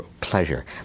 pleasure